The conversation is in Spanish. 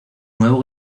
nuevo